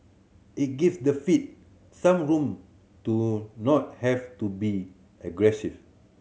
it give the Fed some room to not have to be aggressive